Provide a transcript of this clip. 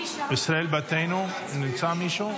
ישראל ביתנו, נמצא מישהו?